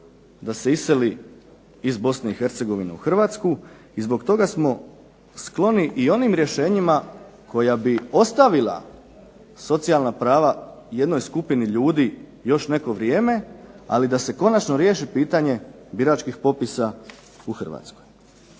da se iseli iz Bosne i Hercegovine u Hrvatsku i zbog toga smo skloni onim rješenjima koja bi ostavila socijalna prava jednoj skupini ljudi još neko vrijeme, ali da se konačno riješi pitanje biračkih popisa u Hrvatskoj.